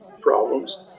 problems